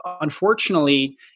Unfortunately